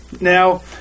Now